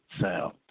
sound